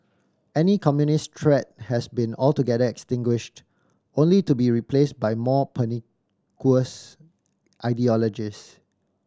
any communist threat has been altogether extinguished only to be replaced by more pernicious ideologies